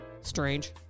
strange